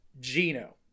Gino